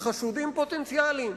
לחשודים פוטנציאליים.